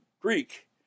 Greek